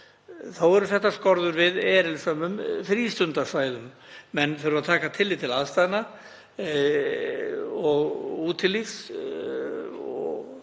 Þó eru settar skorður við erilsöm frístundasvæði. Menn þurfa að taka tillit til aðstæðna og útilífs